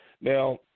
Now